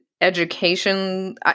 education